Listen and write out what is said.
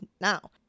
now